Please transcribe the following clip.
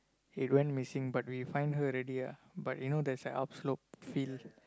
it went missing but we find her already lah but you know there's a up slope field